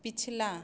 पिछला